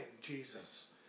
Jesus